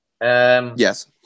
Yes